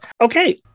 Okay